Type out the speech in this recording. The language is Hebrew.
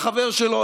החבר שלו,